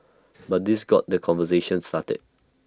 but this got the conversation started